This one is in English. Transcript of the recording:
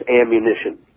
ammunition